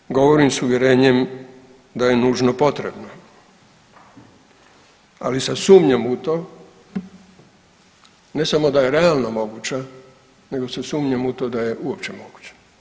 Danas, govorim s uvjerenjem da je nužno potrebna, ali sa sumnjom u to, ne samo da je realno moguće, nego sa sumnjom u to da je uopće moguća.